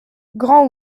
grand